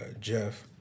Jeff